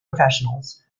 professionals